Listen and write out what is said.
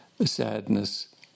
Sadness